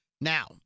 Now